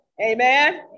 Amen